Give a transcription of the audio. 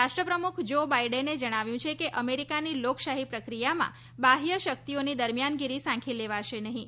રાષ્ટ્રપ્રમ્ખ Joe બાઈડેને જણાવ્યું છે કે અમેરિકાની લોકશાહી પ્રક્રિયામાં બાહ્ય શક્તિઓની દરમિયાનગીરી સાંખી લેવાશે નહીં